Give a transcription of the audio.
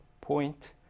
point